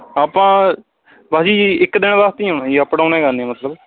ਆਪਾਂ ਬਸ ਜੀ ਇੱਕ ਦਿਨ ਵਾਸਤੇ ਹੀ ਆਉਣਾ ਜੀ ਅੱਪ ਡਾਊਨ ਏ ਕਰਨੀ ਮਤਲਬ